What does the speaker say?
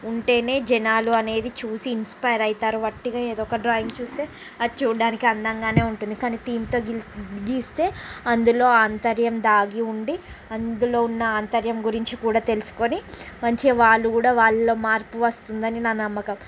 ఉంటేనే జనాలు అనేది చూసి ఇన్స్పైర్ అవుతారు వట్టిగా ఏదో ఒక డ్రాయింగ్ చూస్తే అది చూడ్డానికి అందంగానే ఉంటుంది కాని థీమ్తో గీస్తే అందులో అంతర్యం దాగి ఉండి అందులో ఉన్న అంతర్యం గురించి కూడా తెలుసుకొని మంచిగా వాళ్ళు కూడ వాళ్ళ మార్పు వస్తుందని నా నమ్మకం